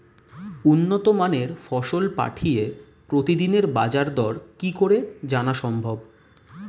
উন্নত মানের ফসল পাঠিয়ে প্রতিদিনের বাজার দর কি করে জানা সম্ভব?